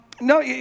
No